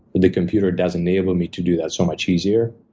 the computer does enable me to do that so much easier,